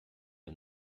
der